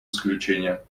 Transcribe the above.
исключения